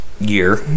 year